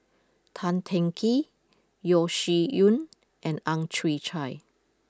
Tan Teng Kee Yeo Shih Yun and Ang Chwee Chai